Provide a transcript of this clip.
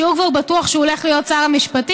כשהוא כבר בטוח שהוא הולך להיות שר המשפטים,